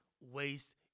waste